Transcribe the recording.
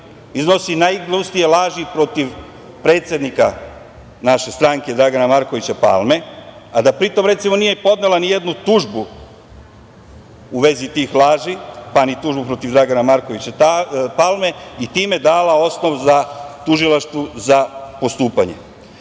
iznosi najgnusnije laži protiv predsednika naše stranke Dragana Markovića Palme, a da pri tom recimo, nije podnela nijednu tužbu u vezi tih laži, pa ni tužbu protiv Dragana Markovića Palme i time dala osnov tužilaštvu za postupanje. Čitam